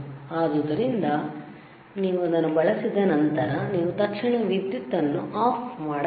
ಆದ್ದರಿಂದ ನೀವು ಅದನ್ನು ಬಳಸಿದ ನಂತರ ನೀವು ತಕ್ಷಣ ವಿದ್ಯುತ್ ಅನ್ನು ಆಫ್ ಮಾಡಬೇಕು